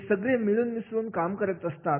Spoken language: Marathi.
हे सगळे मिळून मिसळून काम करत असतात